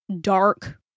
dark